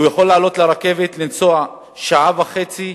הוא יכול לעלות לרכבת, לנסוע שעה וחצי,